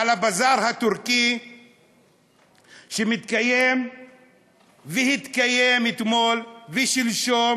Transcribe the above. הבזאר הטורקי שמתקיים והתקיים אתמול ושלשום